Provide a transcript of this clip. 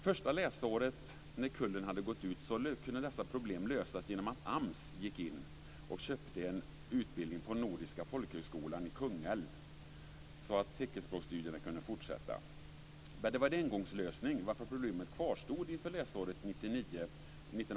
Första läsåret efter det att kullen hade gått ut kunde dessa problem lösas genom att AMS gick in och köpte en utbildning på Nordiska folkhögskolan i Kungälv, så att teckenspråksstudierna kunde fortsätta. Men det var en engångslösning, varför problemet kvarstod inför läsåret 1999/2000.